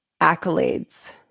accolades